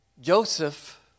Joseph